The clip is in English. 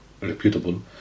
reputable